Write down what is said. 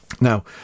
Now